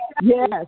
Yes